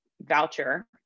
voucher